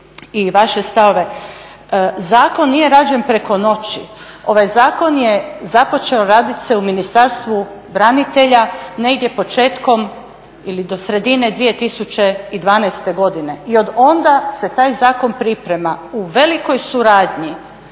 vaše stavove. Zakon nije rađen preko noći, ovaj zakon je započeo radit se u Ministarstvu branitelja negdje početkom ili do sredine 2012.godine i od onda se taj zakon priprema u velikoj suradnji